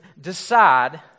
decide